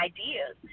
Ideas